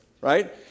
Right